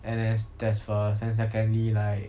N_S that's first then secondly like